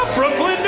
brooklyn,